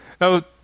Now